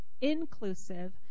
Inclusive